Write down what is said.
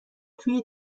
توی